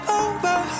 over